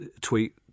tweet